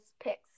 picks